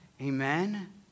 Amen